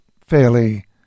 fairly